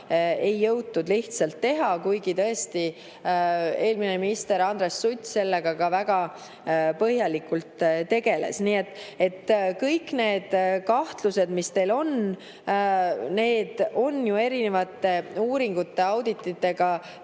ei jõutud lihtsalt teha, kuigi tõesti eelmine minister Andres Sutt sellega väga põhjalikult tegeles. Nii et kõik need kahtlused, mis teil on, on erinevate uuringute, audititega